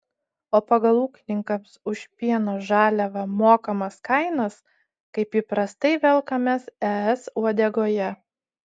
o pagal ūkininkams už pieno žaliavą mokamas kainas kaip įprastai velkamės es uodegoje